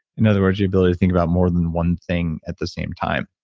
in other words, your ability to think about more than one thing at the same time.